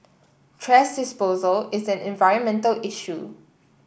thrash disposal is an environmental issue